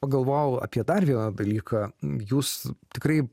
pagalvojau apie dar vieną dalyką jūs tikrai